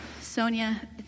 Sonia